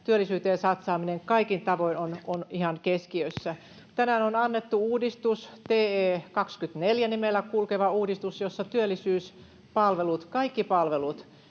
työllisyyteen satsaaminen kaikin tavoin on ihan keskiössä. Tänään on annettu uudistus, TE24-nimellä kulkeva uudistus, jossa työllisyyspalvelut, kaikki työvoimapalvelut